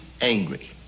angry